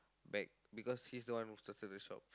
back because he's the one who started the shop